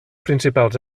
principals